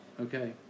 okay